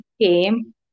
came